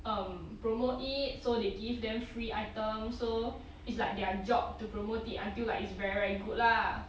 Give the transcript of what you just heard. um promote eat so they give them free item so it's like their job to promote it until like it's very very good lah